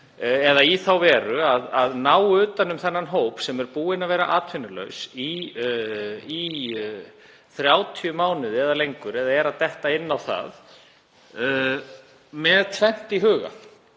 í þá veru að ná utan um þann hóp sem er búinn að vera atvinnulaus í 30 mánuði eða lengur eða er að detta inn á það. Það er gert